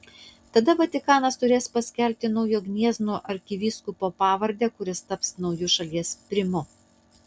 tada vatikanas turės paskelbti naujo gniezno arkivyskupo pavardę kuris taps nauju šalies primu